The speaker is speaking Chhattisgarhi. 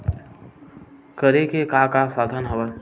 करे के का का साधन हवय?